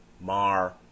mar